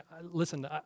Listen